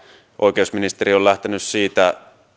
oikeusministeriö on lähtenyt siitä